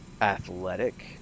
athletic